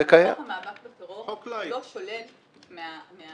אבל חוק המאבק בטרור לא שולל מהאסירים